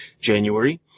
January